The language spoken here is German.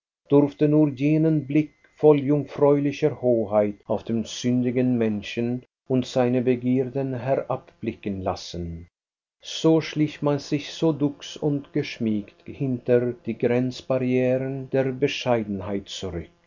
durfte nur jenen blick voll jungfräulicher hoheit auf den sündigen menschen und seine begierden herabblicken lassen so schlich man sich so duchs und geschmiegt hinter die grenzbarrieren der bescheidenheit zurück